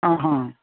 ఆహా